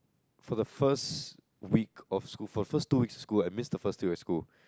for the first week of school for the first two weeks of school I miss the first two weeks of school